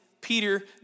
Peter